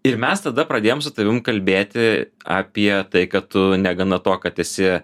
ir mes tada pradėjom su tavim kalbėti apie tai kad tu negana to kad esi